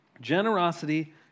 generosity